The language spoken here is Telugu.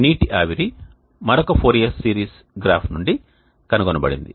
నీటి ఆవిరి మరొక ఫోరియర్ సిరీస్ గ్రాఫ్ నుండి కనుగొనబడింది